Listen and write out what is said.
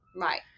Right